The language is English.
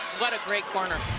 what a great corner.